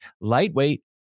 Lightweight